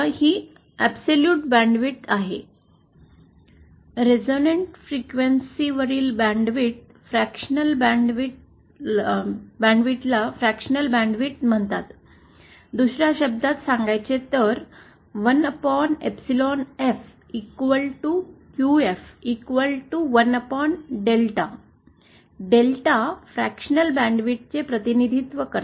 ही absolute bandwidth आहे resonant फ्रिक्वेन्सीवरील बँडविड्थला फ्रॅक्शनल बँडविड्थ म्हणतात दुस या शब्दांत सांगायचे तर 1 एप्सिलॉन FQF1डेल्टा डेल्टा फ्रॅक्शनल बँडविड्थ चे प्रतिनिधित्व करते